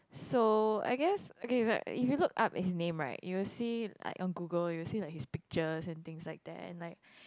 so I guess okay like if you look up his name right you will see like on Google you will like see his pictures and things like that and like